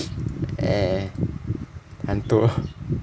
eh 懒惰